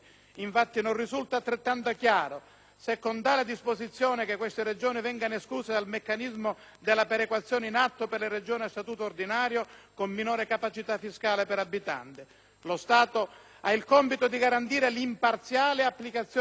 se con tale disposizione queste Regioni vengano escluse dal meccanismo della perequazione in atto per le Regioni a Statuto ordinario con minore capacità fiscale per abitante. Lo Stato ha il compito di garantire l'imparziale applicazione delle leggi, dei diritti e dei doveri.